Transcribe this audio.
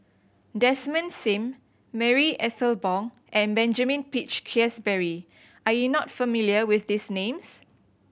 Desmond Sim Marie Ethel Bong and Benjamin Peach Keasberry are you not familiar with these names